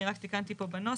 אני רק תיקנתי פה בנוסח.